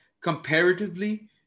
comparatively